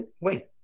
Wait